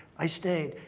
i stayed.